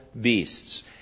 beasts